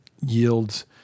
yields